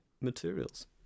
materials